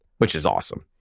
which is awesome.